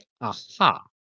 aha